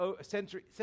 century